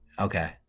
Okay